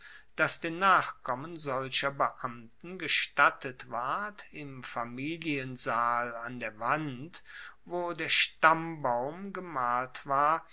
dass den nachkommen solcher beamten gestattet ward im familiensaal an der wand wo der stammbaum gemalt war